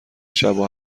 شبو